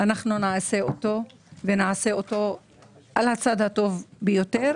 אנחנו נעשה על הצד הטוב ביותר.